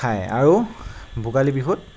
খাই আৰু ভোগালী বিহুত